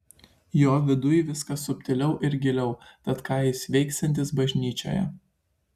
jo viduj viskas subtiliau ir giliau tad ką jis veiksiantis bažnyčioje